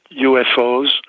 UFOs